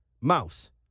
Mouse